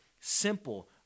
simple